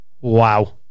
Wow